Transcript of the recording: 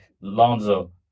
lonzo